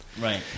Right